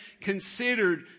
considered